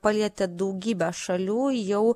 palietė daugybę šalių jau